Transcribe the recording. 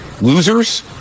Losers